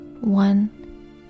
One